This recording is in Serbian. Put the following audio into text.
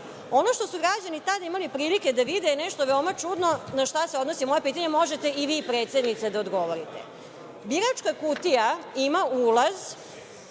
što su građani tada imali prilike da vide je nešto veoma čudno, na šta se odnosi i moje pitanje, a možete i vi predsednice da odgovorite – biračka kutija ima ulaz